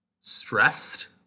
stressed